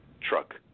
truck